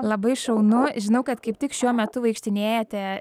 labai šaunu žinau kad kaip tik šiuo metu vaikštinėjate